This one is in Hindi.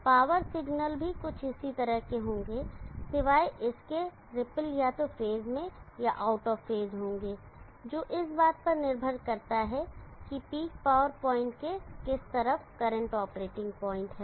पॉवर सिग्नल भी कुछ इसी तरह के होंगे सिवाय इसके रिपल या तो फेज में या आउट ऑफ फेज होंगे जो इस बात पर निर्भर करता है कि पीक पावर पॉइंट के किस तरफ करंट ऑपरेटिंग पॉइंट है